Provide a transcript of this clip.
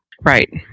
Right